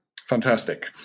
Fantastic